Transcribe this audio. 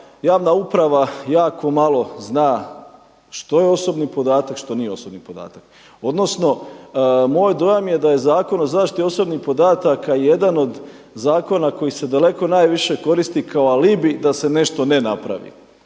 javna uprava jako malo zna što je osobni podatak, što nije osobni podatak, odnosno moj dojam je da je Zakon o zaštiti osobnih podataka jedan od zakona koji se daleko najviše koristi kao alibi da se nešto ne napravi.